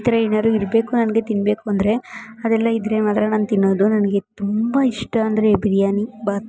ಈ ಥರ ಏನಾದ್ರು ಇರಬೇಕು ನನಗೆ ತಿನ್ನಬೇಕು ಅಂದರೆ ಅದೆಲ್ಲ ಇದ್ದರೆ ಮಾತ್ರ ನಾನು ತಿನ್ನೋದು ನನಗೆ ತುಂಬ ಇಷ್ಟ ಅಂದರೆ ಬಿರಿಯಾನಿ ಬಾತ್